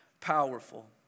powerful